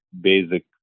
basic